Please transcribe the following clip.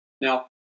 Now